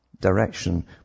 direction